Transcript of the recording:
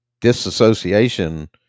disassociation